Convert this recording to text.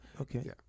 okay